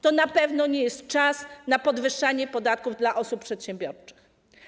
To na pewno nie jest czas na podwyższanie podatków dla osób przedsiębiorczych.